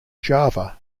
java